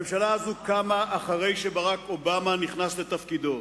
הממשלה הזאת קמה אחרי שברק אובמה נכנס לתפקידו.